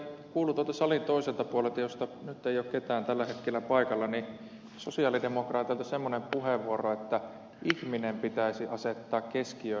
täällä nimittäin kuului tuolta salin toiselta puolelta missä ei ole ketään tällä hetkellä paikalla sosialidemokraateilta semmoinen puheenvuoro että ihminen pitäisi asettaa keskiöön eikä järjestelmä